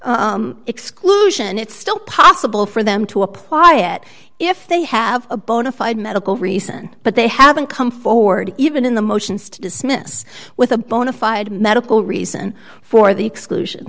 exclusion it's still possible for them to apply it if they have a bona fide medical reason but they haven't come forward even in the motions to dismiss with a bona fide medical reason for the exclusion